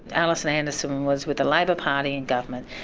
alison anderson was with the labor party in government,